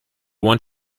want